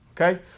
okay